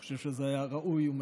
אני חושב שזה היה ראוי ומכובד.